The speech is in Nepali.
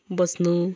बस्नु